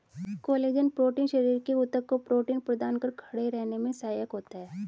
collagen protein शरीर के ऊतक को प्रोटीन प्रदान कर खड़े रहने में सहायक होता है